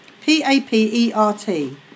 P-A-P-E-R-T